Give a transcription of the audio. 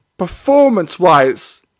Performance-wise